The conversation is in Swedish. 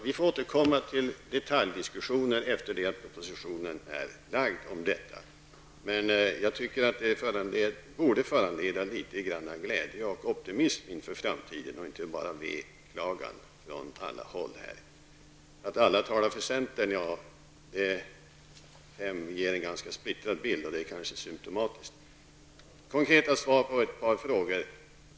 Vi får återkomma till detaljdiskussioner när propositionen har lagts fram, men jag tycker att det borde kunna finnas litet mera glädje och optimism inför framtiden och inte bara veklagan från alla håll. Det sades att alla talar för centern, men det har givits en ganska splittrad bild och det är kanske symtomatiskt. Sedan konkreta svar på ett par frågor.